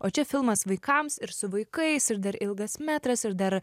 o čia filmas vaikams ir su vaikais ir dar ilgas metras ir dar